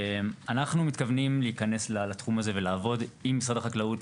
אנחנו מתכוונים להיכנס לתחום הזה ולעבוד עם משרד החקלאות,